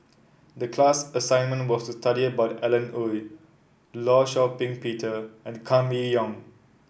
the class assignment was to study about Alan Oei Law Shau Ping Peter and Kam Me Yong